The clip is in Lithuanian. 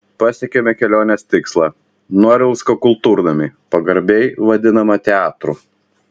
pasiekėme kelionės tikslą norilsko kultūrnamį pagarbiai vadinamą teatru